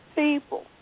people